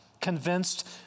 convinced